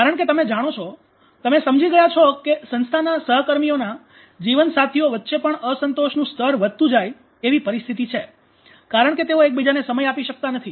કારણ કે તમે જાણો છો તમે સમજી ગયા છો કે સંસ્થાના સહકર્મીઓના જીવનસાથીઓ વચ્ચે પણ અસંતોષનું સ્તર વધતું જાય એવી પરિસ્થિતી છે કારણ કે તેઓ એકબીજાને સમય આપી શકતા નથી